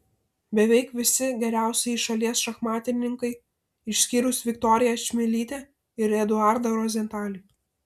beveik visi geriausieji šalies šachmatininkai išskyrus viktoriją čmilytę ir eduardą rozentalį